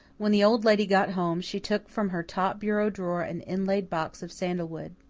when the old lady got home she took from her top bureau drawer an inlaid box of sandalwood.